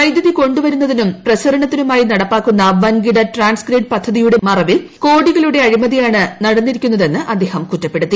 വൈദ്യുതി കൊണ്ടു വരുന്നതിനും പ്രസരണത്തിനുമായി നടപ്പാക്കുന്ന വൻകിട ട്രാൻസ്ഗ്രിഡ് പദ്ധതിയുടെ മറവിൽ നടന്നിരിക്കുന്നതെന്ന് അദ്ദേഹം കുറ്റപ്പെടുത്തി